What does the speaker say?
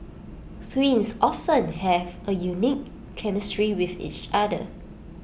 twins often have A unique chemistry with each other